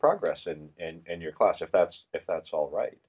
progress and and your class if that's if that's all right